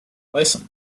place